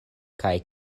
kaj